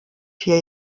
vier